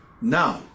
Now